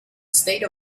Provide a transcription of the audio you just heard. state